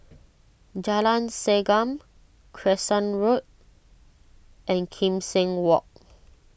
Jalan Segam Crescent Road and Kim Seng Walk